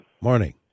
Morning